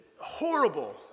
horrible